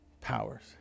powers